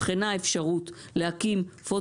דיווח מנכ"ל משרד האנרגיה לפי סעיף 58ה לחוק משק החשמל,